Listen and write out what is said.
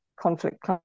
conflict